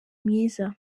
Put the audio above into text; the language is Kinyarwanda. mwiza